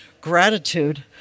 gratitude